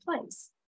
place